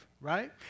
right